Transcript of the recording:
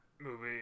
movie